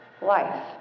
Life